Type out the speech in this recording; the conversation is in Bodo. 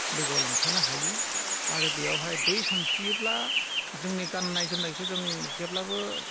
लोगोआव लांफानो हायो आरो बेवहाय दै सानस्रियोब्ला जोंनि गानना जोमनायखौ जों जेब्लाबो